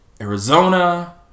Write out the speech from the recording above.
Arizona